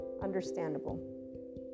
understandable